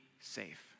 safe